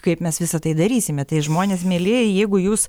kaip mes visa tai darysime tai žmonės mielieji jeigu jūs